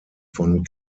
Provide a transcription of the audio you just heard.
von